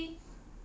basically